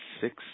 six